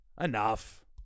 Enough